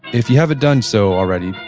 if you haven't done so already,